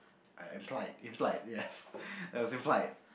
I implied implied yes it was implied